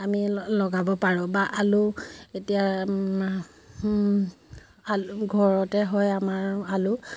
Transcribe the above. আমি লগাব পাৰোঁ বা আলু এতিয়া আলু ঘৰতে হয় আমাৰ আলু